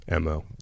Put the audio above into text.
mo